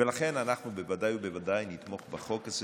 לכן אנחנו ודאי ובוודאי נתמוך בחוק הזה.